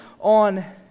on